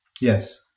Yes